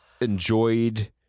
enjoyed